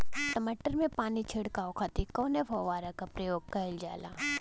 टमाटर में पानी के छिड़काव खातिर कवने फव्वारा का प्रयोग कईल जाला?